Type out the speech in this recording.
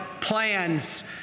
plans